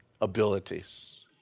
abilities